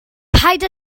paid